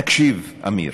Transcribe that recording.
תקשיב, אמיר.